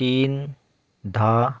तीन धा